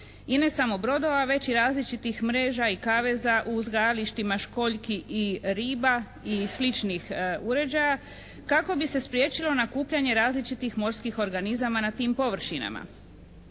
i ne samo brodova već i različitih mreža i kaveza u uzgajalištima školjki i riba i sličnih uređaja kako bi se spriječilo nakupljanje različitih morskih organizama na tim površinama.